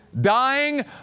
dying